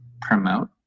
promote